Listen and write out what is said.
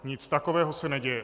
Nic takového se neděje.